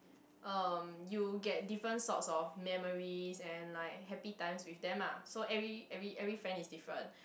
um you get different sort of memories and like happy times with them ah so every every every friend is different